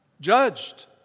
judged